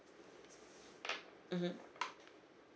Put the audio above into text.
mmhmm